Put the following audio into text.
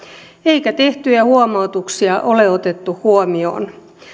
eikä tehtyjä huomautuksia ole otettu huomioon